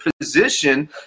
position